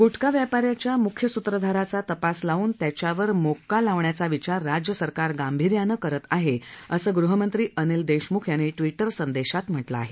गुटखा व्यापाऱ्याच्या मुख्य सूत्रधाराचा तपास लावून त्याच्यावर मकोका लावण्याचा विचार राज्यसरकार गांभीर्यान करत आहे असं गृहमंत्री अनिल देशमुख यांनी ट्विटर संदेशात म्हटंल आहे